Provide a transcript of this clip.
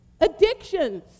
addictions